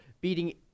beating